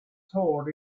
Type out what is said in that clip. sword